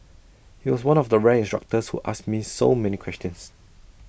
he was one of the rare instructors who asked me so many questions